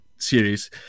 series